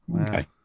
Okay